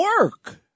work